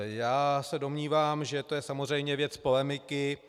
Já se domnívám, že to je samozřejmě věc polemiky.